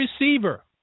receiver